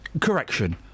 Correction